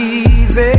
easy